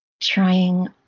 trying